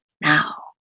Now